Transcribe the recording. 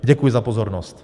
Děkuji za pozornost.